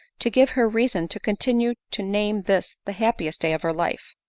to give her reason to continue to name this the hap piest day of her life.